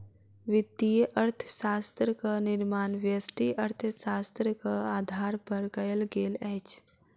वित्तीय अर्थशास्त्रक निर्माण व्यष्टि अर्थशास्त्रक आधार पर कयल गेल अछि